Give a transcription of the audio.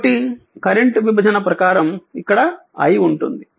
కాబట్టి కరెంట్ విభజన ప్రకారం ఇక్కడ i ఉంటుంది